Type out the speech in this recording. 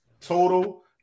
total